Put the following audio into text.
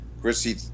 Chrissy